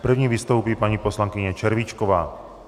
První vystoupí paní poslankyně Červíčková.